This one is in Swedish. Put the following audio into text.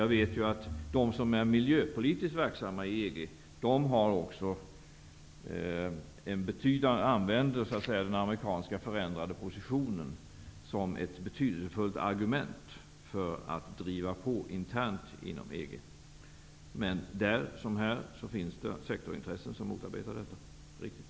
Jag vet att de som är miljöpolitiskt verksamma inom EG använder sig av den förändrade amerikanska positionen som ett betydelsefullt argument för att driva på internt inom EG. Men där som här finns det intressen som motarbetar detta, det är riktigt.